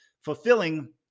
fulfilling